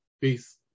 Peace